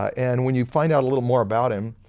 and when you find out a little more about him,